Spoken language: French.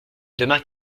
demain